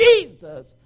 Jesus